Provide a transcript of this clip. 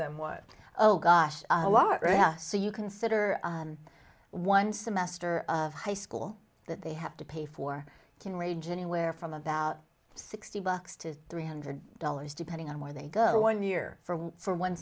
them what oh gosh a lot right now so you consider one semester of high school that they have to pay for can range anywhere from about sixty bucks to three hundred dollars depending on where they go one year for one for one